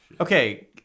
Okay